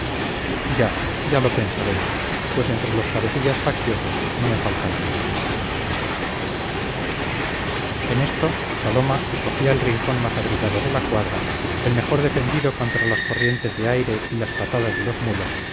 ya ya lo pensaremos pues entre los cabecillas facciosos no me faltan amigos en esto saloma escogía el rincón más abrigado de la cuadra el mejor defendido contra las corrientes de aire y las patadas de los mulos